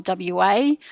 WA